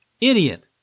idiot